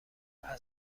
اسب